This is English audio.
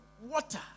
water